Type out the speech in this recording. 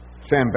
Sam